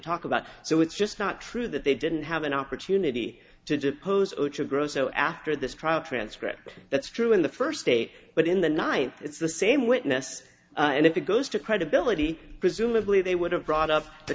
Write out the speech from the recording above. talk about so it's just not true that they didn't have an opportunity to depose grosso after this trial transcript that's true in the first state but in the night it's the same witness and if it goes to credibility presumably they would have brought up the